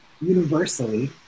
universally